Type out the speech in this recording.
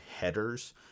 headers